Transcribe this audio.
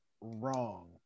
wrong